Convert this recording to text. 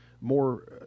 more